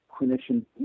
clinician